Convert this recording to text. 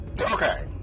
Okay